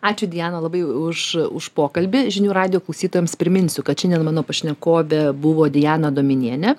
ačiū diana labai už už pokalbį žinių radijo klausytojams priminsiu kad šiandien mano pašnekovė buvo diana dominienė